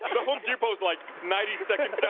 the home depot's like ninety seconds